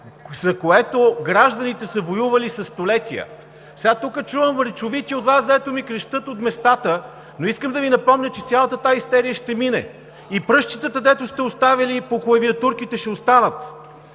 за което гражданите са воювали със столетия. (Реплики.) Сега тук чувам речовити от Вас, дето ми крещят от местата, но искам да Ви напомня, че цялата тази истерия ще мине и пръстчетата, дето сте оставили по клавиатурките, ще останат,